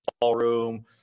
Ballroom